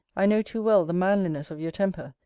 i know too well the manliness of your temper,